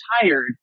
tired